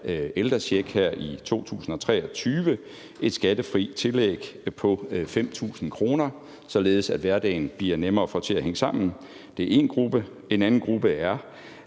ældrecheck her i 2023, et skattefrit tillæg på 5.000 kr., således at hverdagen bliver nemmere at få til at hænge sammen. Det er én gruppe. En anden gruppe er